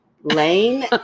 Lane